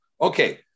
Okay